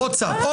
בווטסאפ...